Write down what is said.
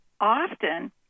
often